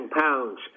pounds